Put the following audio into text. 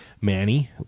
Manny